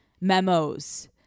memos